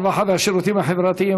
הרווחה והשירותים החברתיים,